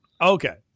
Okay